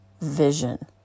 vision